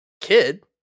kid